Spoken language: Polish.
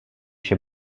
się